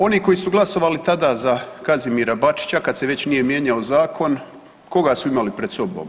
Oni koji su glasovali tada za Kazimira Bačića kaa se već nije mijenjao zakon, koga su imali pred sobom?